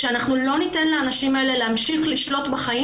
שלא ניתן לאנשים האלה להמשיך לשלוט בחיים